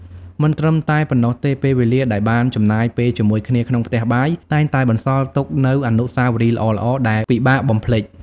មិនត្រឹមតែប៉ុណ្ណោះទេពេលវេលាដែលបានចំណាយពេលជាមួយគ្នាក្នុងផ្ទះបាយ តែងតែបន្សល់ទុកនូវអនុស្សាវរីយ៍ល្អៗ ដែលពិបាកបំភ្លេច ។